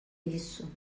isso